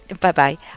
Bye-bye